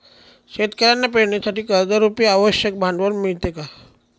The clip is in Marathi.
शेतकऱ्यांना पेरणीसाठी कर्जरुपी आवश्यक भांडवल मिळते का?